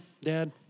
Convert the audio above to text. Dad